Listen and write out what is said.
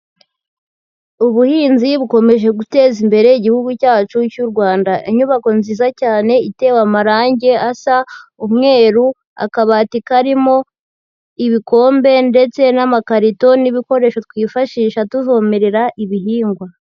Ubuhinzi bukomeje guteza imbere igihugu cyacu cy'u Rwanda, inyubako nziza cyane itewe amarange asa umweru, akabati karimo ibikombe, ndetse n'amakarito n'ibikoresho twifashisha tuvomerera ibihingwa.